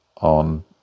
on